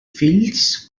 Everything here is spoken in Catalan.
fills